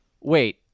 wait